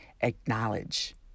acknowledge